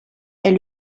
est